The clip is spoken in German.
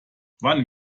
wann